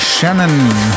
Shannon